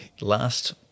Last